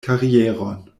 karieron